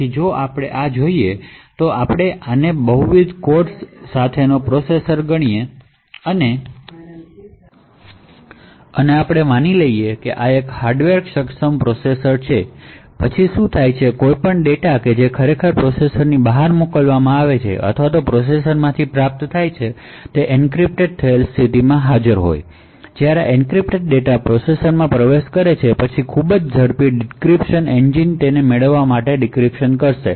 જો આપણે આ જોઈએ તો જો આપણે આને બહુવિધ કોડ્સ સાથેનો પ્રોસેસર ગણીએ અને આપણે માની લઈએ કે આ એક હાર્ડવેર એનેબલ પ્રોસેસર છે પછી શું થાય છે તે કોઈપણ ડેટા કે જે પ્રોસેસરની બહાર મોકલવામાં આવે છે અથવા પ્રોસેસરમાંથી પ્રાપ્ત થાય છે તે એન્ક્રિપ્ટ થયેલ સ્થિતિમાં હોય છે જ્યારે આ એન્ક્રિપ્ટેડ ડેટા પ્રોસેસરમાં પ્રવેશ કરે છે પછી ખૂબ જ ઝડપી ડીક્રિપ્શન એન્જિન તેને પ્લેન ટેક્સ્ટ ડેટામાં ડિક્રિપ્શન કરશે